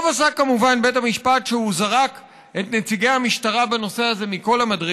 גם אז יש סכנה שירשיעו אדם חף מפשע,